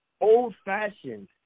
old-fashioned